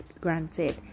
granted